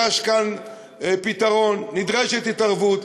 נדרש כאן פתרון, נדרשת התערבות.